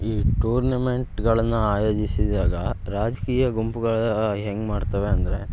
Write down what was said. ಈ ಟೂರ್ನಿಮೆಂಟ್ಗಳನ್ನು ಆಯೋಜಿಸಿದಾಗ ರಾಜಕೀಯ ಗುಂಪುಗಳು ಹೆಂಗೆ ಮಾಡ್ತವೆ ಅಂದರೆ